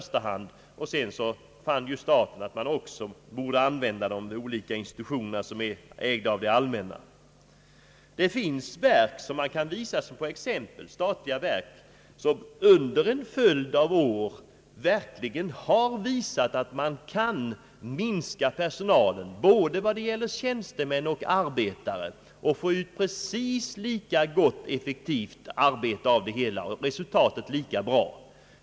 Så fann man från statligt håll att de kunde användas vid olika institutioner, som ägdes av det allmänna. Det finns vidare statliga verk, som under en följd av år verkligen har visat att det går att minska personalstyrkan, både tjänstemän och arbetare, och ändå få ett lika gott och effektivt arbete.